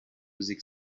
music